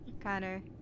Connor